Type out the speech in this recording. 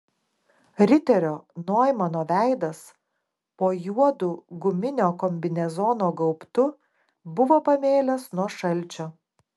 riterio noimano veidas po juodu guminio kombinezono gaubtu buvo pamėlęs nuo šalčio